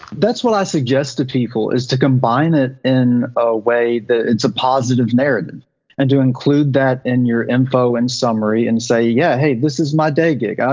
that's what i suggest to people is to combine it in a way that it's a positive narrative and to include that in your info and summary and say yeah, hey, this is my day gig. ah